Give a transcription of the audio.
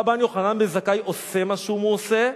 רבן יוחנן בן זכאי היה ראש אבות